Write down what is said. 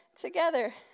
together